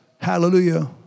Hallelujah